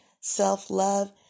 self-love